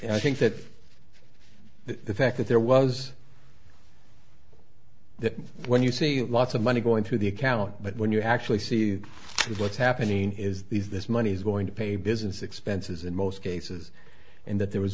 and i think that the fact that there was that when you see lots of money going through the account but when you actually see what's happening is these this money is going to pay business expenses in most cases and that there was